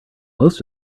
most